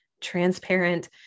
transparent